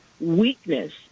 weakness